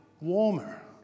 warmer